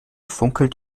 funkelt